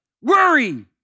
worry